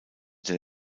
der